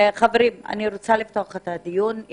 אני רוצה לפתוח את הדיון.